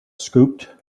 scooped